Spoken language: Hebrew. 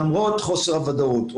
למרות חוסר הוודאות,